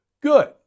good